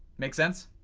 make sense?